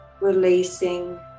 releasing